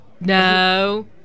No